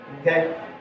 okay